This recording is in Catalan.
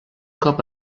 cop